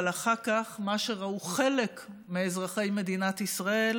אבל אחר כך מה שראו חלק מאזרחי מדינת ישראל